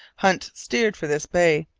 hunt steered for this bay,